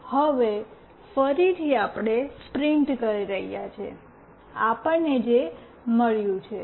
હવે ફરીથી આપણે પ્રિન્ટ કરી રહ્યા છીએ આપણને જે મળ્યું છે